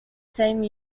same